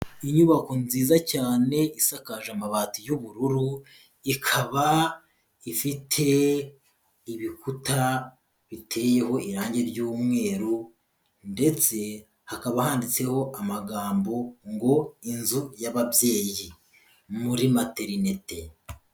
Inyubako nziza cyane isakaje amabati y'ubururu, ikaba ifite ibikuta biteyeho irangi ry'umweru ndetse hakaba handitseho amagambo ngo "Inzu y'ababyeyi." Muri materinite.